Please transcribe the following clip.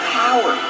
power